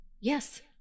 Yes